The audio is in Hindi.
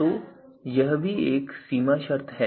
तो यह भी एक सीमा शर्त है